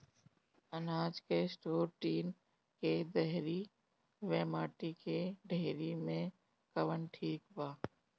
अनाज के store tin के डेहरी व माटी के डेहरी मे कवन ठीक बा?